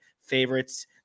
favorites